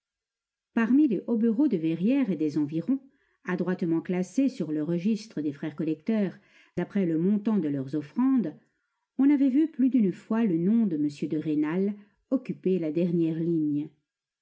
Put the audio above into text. parmi les hobereaux de verrières et des environs adroitement classés sur le registre des frères collecteurs d'après le montant de leurs offrandes on avait vu plus d'une fois le nom de m de rênal occuper la dernière ligne